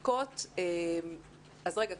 רגע,